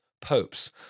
popes